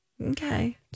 Okay